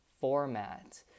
format